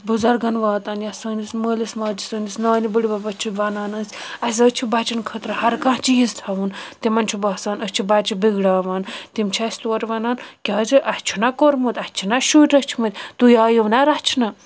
بُزرگن واتان یا سٲنِس مٲلَس ماجہِ سٲنِس نانہِ بٔڑبَبس چھِ وَنان أسۍ اسہِ حظ چھُ بَچن خٲطرٕ ہر کانٛہہ چیٖز تھاوُن تِمن چھُ باسان أسۍ چھِ بَچہ بِگڑاوان تِم چھِ اسہِ تورٕ وَنان کیازٕ اسہِ چھُنہ کوٚرمت اسہِ چھِنہ شُرۍ رٔچھمٕتۍ تُہۍ آیو نہِ رچھنہِ